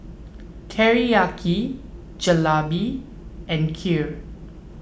Teriyaki Jalebi and Kheer